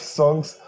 songs